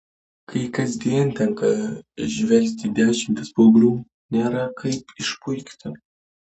kai kasdien tenka žvelgti į dešimtis paauglių nėra kaip išpuikti